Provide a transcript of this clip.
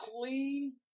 clean